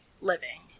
living